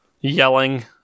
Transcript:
yelling